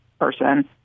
person